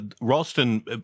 Ralston